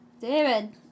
David